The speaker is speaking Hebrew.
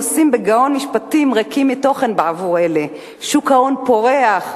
נושאים בגאון משפטים ריקים מתוכן בעבור אלה: שוק ההון פורח,